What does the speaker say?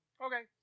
Okay